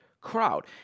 crowd